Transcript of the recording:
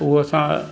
हूअ असां